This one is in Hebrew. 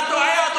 אתה טועה.